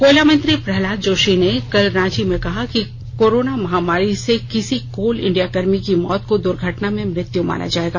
कोयला मंत्री प्रहलाद जोशी ने कल रांची में कहा कि कोरोना महामारी से किसी कोल इंडिया कर्मी की मौत को दुर्घटना में मृत्यु माना जायेगा